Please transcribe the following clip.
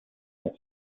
this